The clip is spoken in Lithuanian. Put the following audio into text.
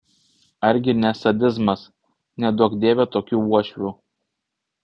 ar gi ne sadizmas neduok dieve tokių uošvių